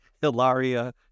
Hilaria